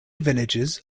villages